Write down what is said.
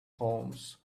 homes